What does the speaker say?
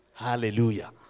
Hallelujah